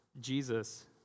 Jesus